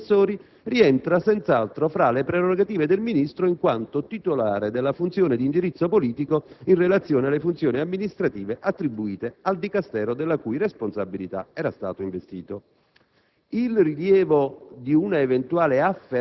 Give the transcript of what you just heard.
(così come quelle analoghe dei suoi predecessori) rientra, senz'altro, fra le prerogative del Ministro in quanto titolare della funzione di indirizzo politico, in relazione alle funzioni amministrative attribuite al Dicastero della cui responsabilità era stato investito.